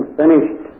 finished